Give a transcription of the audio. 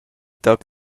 toc